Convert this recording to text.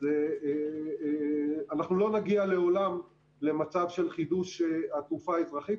אז אנחנו לא נגיע לעולם למצב של חידוש התעופה האזרחית,